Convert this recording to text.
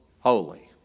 Holy